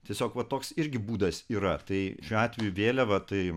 tiesiog va toks irgi būdas yra tai šiuo atveju vėliava tai